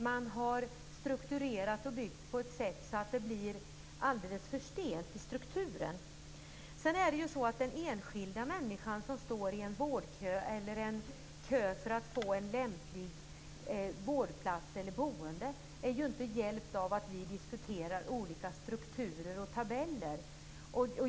Man har strukturerat och byggt på ett sätt som gör att det blir alldeles för stelt i strukturen. Sedan är ju inte den enskilda människa som står i en vårdkö eller i en kö för att få lämplig vårdplats eller lämpligt boende hjälpt av att vi diskuterar olika strukturer och tabeller.